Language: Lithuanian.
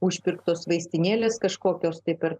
užpirktos vaistinėlės kažkokios tai per